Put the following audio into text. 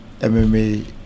MMA